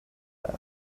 left